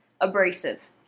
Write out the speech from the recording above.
abrasive